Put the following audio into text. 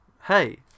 Hey